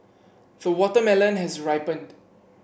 the watermelon has ripened